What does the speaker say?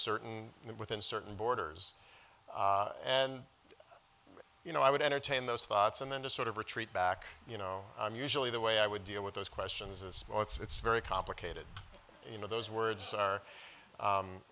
certain within certain borders and you know i would entertain those thoughts and then to sort of retreat back you know i'm usually the way i would deal with those questions as well it's very complicated you know those words are